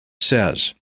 says